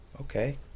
okay